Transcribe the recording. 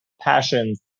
passions